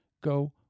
go